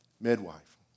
midwife